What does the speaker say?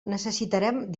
necessitarem